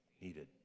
needed